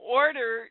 order